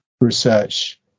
research